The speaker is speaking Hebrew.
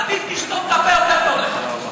עדיף תשתוק את הפה, יותר טוב לך.